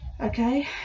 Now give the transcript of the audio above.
okay